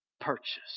purchase